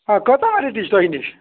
آ کٲژاہ ویرایٹی چھِ تۄہہِ نِش